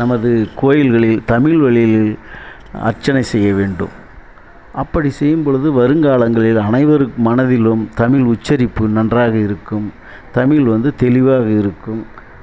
நமது கோயில்களில் தமிழில் வழியில் அர்ச்சனை செய்ய வேண்டும் அப்படி செய்யும் பொழுது வருங்காலங்களில் அனைவர் மனதிலும் தமிழ் உச்சரிப்பு நன்றாக இருக்கும் தமிழ் வந்து தெளிவாக இருக்கும்